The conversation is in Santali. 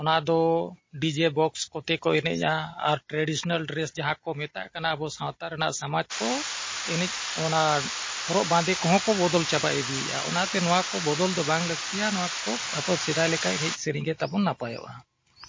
ᱚᱱᱟᱫᱚ ᱰᱤᱡᱮ ᱵᱚᱠᱥ ᱠᱚᱛᱮ ᱠᱚ ᱮᱱᱮᱡᱼᱟ ᱟᱨ ᱴᱨᱮᱰᱤᱥᱚᱱᱟᱞ ᱰᱨᱮᱥ ᱡᱟᱦᱟᱸ ᱠᱚ ᱢᱮᱛᱟᱜ ᱠᱟᱱᱟ ᱟᱵᱚ ᱥᱟᱶᱛᱟ ᱨᱮᱱᱟᱜ ᱥᱚᱢᱟᱡᱽ ᱠᱚ ᱮᱱᱮᱡ ᱚᱱᱟ ᱦᱚᱨᱚᱜ ᱵᱟᱸᱫᱮ ᱠᱚᱦᱚᱸ ᱠᱚ ᱵᱚᱫᱚᱞ ᱪᱟᱵᱟ ᱤᱫᱤᱭᱮᱜᱼᱟ ᱚᱱᱟᱛᱮ ᱱᱚᱣᱟ ᱠᱚ ᱵᱚᱫᱚᱞ ᱫᱚ ᱵᱟᱝ ᱞᱟᱹᱠᱛᱤᱭᱟ ᱱᱚᱣᱟ ᱠᱚ ᱟᱵᱚ ᱥᱮᱫᱟᱭ ᱞᱮᱠᱟ ᱮᱱᱮᱡ ᱥᱮᱨᱮᱧ ᱜᱮ ᱛᱟᱵᱚᱱ ᱱᱟᱯᱟᱭᱚᱜᱼᱟ